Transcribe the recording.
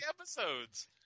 episodes